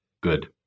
good